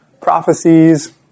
prophecies